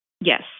Yes